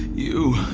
you,